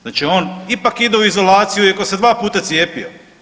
Znači on ipak ide u izolaciju iako se 2 puta cijepio.